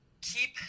keep